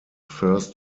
first